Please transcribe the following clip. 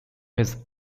his